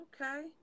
Okay